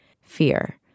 fear